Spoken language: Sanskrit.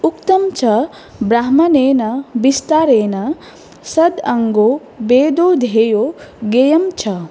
उक्तञ्च ब्राह्मणेन विस्तारेण षडङ्गो वेदो धेयो ज्ञेयञ्च